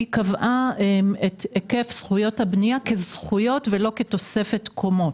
היא קבעה את היקף זכויות הבנייה כזכויות ולא כתוספת קומות.